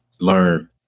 learn